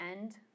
end